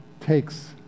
takes